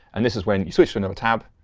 and this is when you switch to another tab.